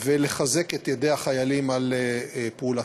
ולחזק את ידי החיילים על פעולתם.